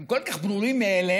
הם כל כך ברורים מאליהם,